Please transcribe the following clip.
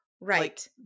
Right